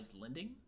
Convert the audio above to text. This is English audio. lending